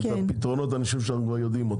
את הפתרונות אני חושב שאנחנו כבר יודעים,